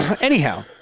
Anyhow